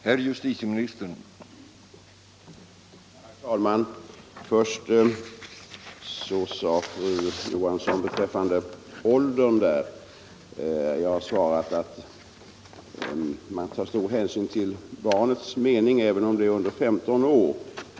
Herr talman! Jag har i svaret framhållit att man tar stor hänsyn till barnets mening även om det är under 15 år.